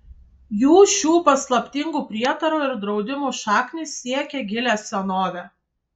jų šių paslaptingų prietarų ir draudimų šaknys siekią gilią senovę